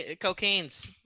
cocaine's